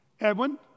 Edwin